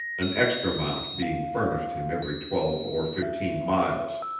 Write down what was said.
an extra mount being furnished him every twelve or fifteen miles.